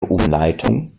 umleitung